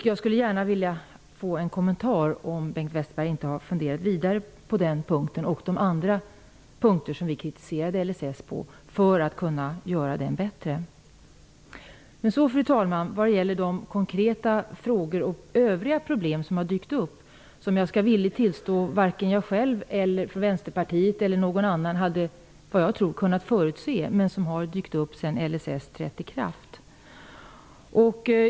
Jag skulle gärna vilja få en kommentar till frågan om Bengt Westerberg inte har funderat vidare på den punkten och andra punkter där vi kritiserade LSS för att kunna göra den bättre. Fru talman! Sedan LSS trädde i kraft har det dykt upp nya konkreta frågor och andra problem, och jag skall villigt tillstå att varken jag själv från Vänsterpartiets sida eller någon annan hade kunnat förutse dessa.